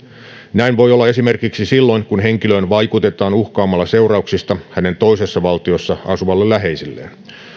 näin voi olla esimerkiksi silloin kun henkilöön vaikutetaan uhkaamalla seurauksista hänen toisessa valtiossa asuville läheisilleen